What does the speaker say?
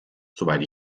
soweit